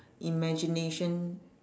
imagination